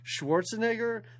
Schwarzenegger